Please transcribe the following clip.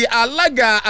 alaga